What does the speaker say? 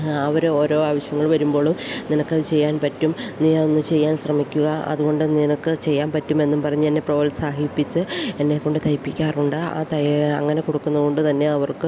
അവർ ഓരോ ആവശ്യങ്ങൾ വരുമ്പോഴും നിനക്കത് ചെയ്യാൻ പറ്റും നീ അതൊന്ന് ചെയ്യാൻ ശ്രമിക്കുക അതുകൊണ്ട് നിനക്ക് ചെയ്യാൻ പറ്റുമെന്നും പറഞ്ഞ് എന്നെ പ്രോത്സാഹിപ്പിച്ച് എന്നെക്കൊണ്ട് തയ്പ്പിക്കാറുണ്ട് ആ അങ്ങനെ കൊടുക്കുന്ന കൊണ്ടുതന്നെ അവർക്ക്